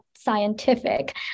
scientific